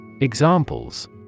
Examples